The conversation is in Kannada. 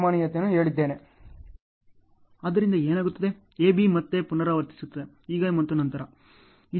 ಆದ್ದರಿಂದ ಏನಾಗುತ್ತದೆ A B ಮತ್ತೆ ಪುನರಾವರ್ತಿಸುತ್ತದೆ ಈಗ ಮತ್ತು ನಂತರ